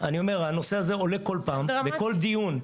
הנושא הזה עולה כל פעם ובכל דיון.